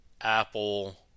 Apple